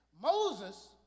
Moses